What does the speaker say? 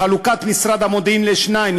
חלוקת משרד המודיעין לשניים,